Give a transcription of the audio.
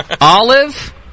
Olive